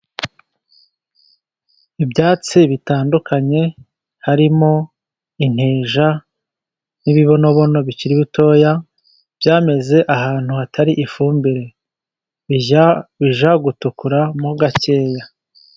Ibyatsi bitandukanye, harimo inteja n'ibibonobono bikiri bitoya, byameze ahantu hatari ifumbire, bijya gutukura mo gakeya.